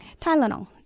Tylenol